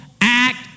act